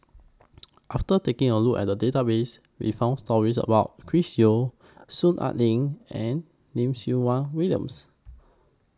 after taking A Look At The Database We found stories about Chris Yeo Soon Ai Ling and Lim Siew Wai Williams